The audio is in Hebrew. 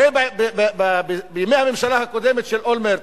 הרי בימי הממשלה הקודמת, של אולמרט,